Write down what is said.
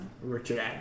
Richard